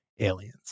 aliens